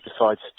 decides